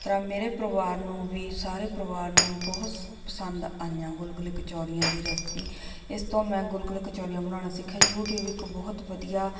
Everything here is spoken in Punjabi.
ਤਰ੍ਹਾਂ ਮੇਰੇ ਪਰਿਵਾਰ ਨੂੰ ਵੀ ਸਾਰੇ ਪਰਿਵਾਰ ਨੂੰ ਬਹੁਤ ਸ ਪਸੰਦ ਆਈਆਂ ਗੁਲਗੁਲੇ ਕਚੌਰੀਆਂ ਦੀ ਰੈਸਪੀ ਇਸ ਤੋਂ ਮੈਂ ਗੁਲਗੁਲੇ ਕਚੌਰੀਆਂ ਬਣਾਉਣਾ ਸਿੱਖੀਆਂ ਯੂਟਿਊਬ ਇੱਕ ਬਹੁਤ ਵਧੀਆ